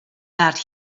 that